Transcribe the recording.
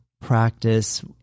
practice